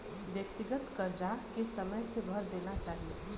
व्यक्तिगत करजा के समय से भर देना चाही